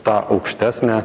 tą aukštesnę